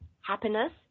happiness